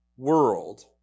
World